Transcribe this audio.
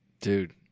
Dude